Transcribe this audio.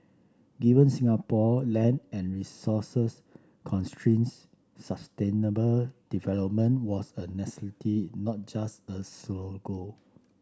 given Singapore land and resources constraints sustainable development was a necessity not just a slogan